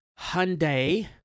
Hyundai